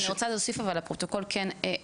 אני רוצה להוסיף אבל לפרוטוקול כן איפה